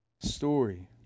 story